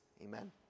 amen